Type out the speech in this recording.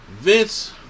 Vince